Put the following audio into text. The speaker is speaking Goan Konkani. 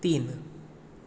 तीन